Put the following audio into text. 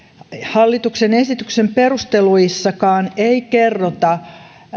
hallituksen esityksen perusteluissakaan ei kerrota